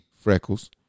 Freckles